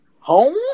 Home